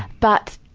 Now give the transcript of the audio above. but,